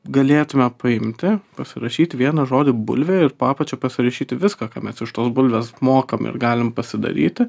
galėtume paimti pasirašyti vieną žodį bulvė ir po apačia pasirašyti viską ką mes iš tos bulvės mokam ir galim pasidaryti